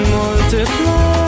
multiply